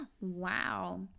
wow